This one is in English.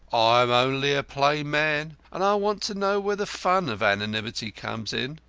i'm only a plain man, and i want to know where the fun of anonymity comes in.